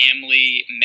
family